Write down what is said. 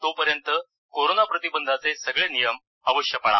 तोपर्यंत कोरोना प्रतिबंधाचे सगळे नियम अवश्य पाळा